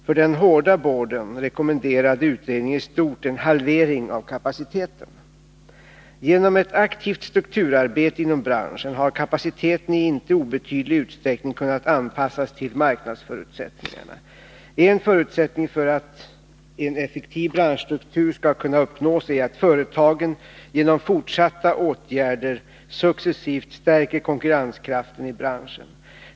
För den hårda boarden rekommenderade utredningen i stort en halvering av kapaciteten. Genom ett aktivt strukturarbete inom branschen har kapaciteten i inte obetydlig utsträckning kunnat anpassas till marknadsförutsättningarna. En förutsättning för att en effektiv branschstruktur skall kunna uppnås är att företagen genom fortsatta åtgärder successivt stärker konkurrenskraften i branschen.